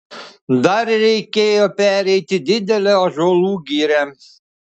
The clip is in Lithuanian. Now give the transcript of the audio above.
dar reikėjo pereiti didelę ąžuolų girią